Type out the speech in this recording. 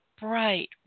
bright